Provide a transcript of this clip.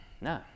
No